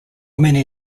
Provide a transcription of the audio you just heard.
many